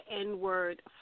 N-word